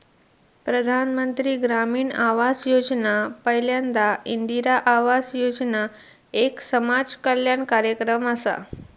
प्रधानमंत्री ग्रामीण आवास योजना पयल्यांदा इंदिरा आवास योजना एक समाज कल्याण कार्यक्रम असा